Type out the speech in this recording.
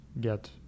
get